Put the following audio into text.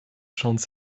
chante